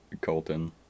Colton